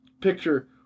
picture